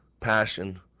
passion